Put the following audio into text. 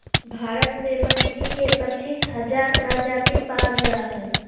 भारत में मछली के पच्चीस हजार प्रजाति पाल जा हइ